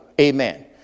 amen